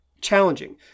challenging